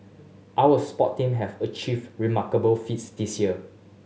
our sport team have achieved remarkable feats this year